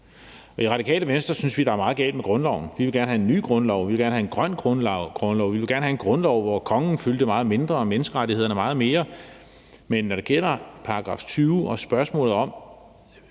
I Radikale Venstre synes vi, at der er meget galt med grundloven. Vi vil gerne have en ny grundlov. Vi vil gerne have en grøn grundlov. Vi vil gerne have en grundlov, hvor kongen fylder meget mindre og menneskerettighederne meget mere. Men når det gælder § 20 og spørgsmålet om,